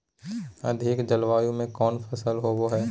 अधिक जलवायु में कौन फसल होबो है?